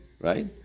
right